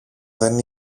δεν